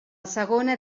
segona